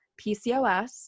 PCOS